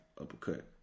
uppercut